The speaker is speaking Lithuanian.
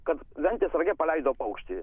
kad ventės rage paleido paukštį